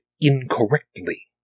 incorrectly